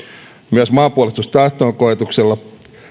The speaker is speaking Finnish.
myös maanpuolustustahto on koetuksella